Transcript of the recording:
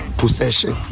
possession